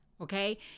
Okay